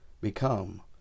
become